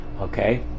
okay